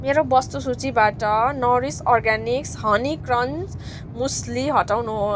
मेरो वस्तु सूचीबाट नोरिस अर्ग्यानिक हनी क्रन्च मुस्ली हटाउनुहोस्